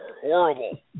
horrible